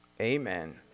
Amen